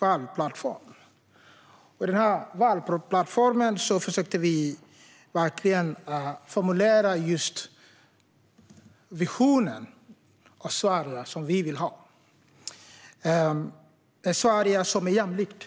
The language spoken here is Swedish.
valplattform. I denna valplattform försökte vi verkligen formulera just en vision av det Sverige som vi vill ha. Det är ett Sverige som är jämlikt.